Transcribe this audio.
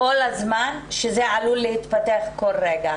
כל הזמן, שזה עלול להתפתח כל רגע.